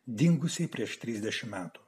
dingusiai prieš trisdešimt metų